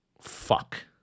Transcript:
fuck